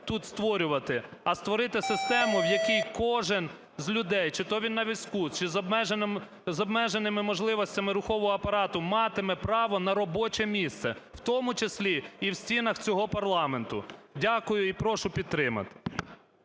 тут створювати, а створити систему, в якій кожен з людей, чи то він на візку, чи з обмеженими можливостями рухомого апарату, матиме право на робоче місце, в тому числі і в стінах цього парламенту. Дякую. І прошу підтримати.